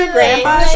Grandpa